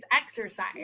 exercise